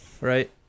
Right